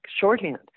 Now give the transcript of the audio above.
shorthand